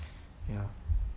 ya